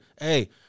Hey